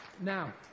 Now